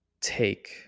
take